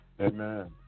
Amen